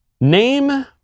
Name